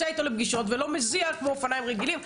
איתו לפגישות ולא מזיעים עם זה כמו עם אופניים רגילים,